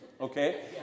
Okay